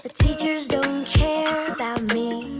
ah teachers don't care about me